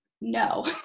No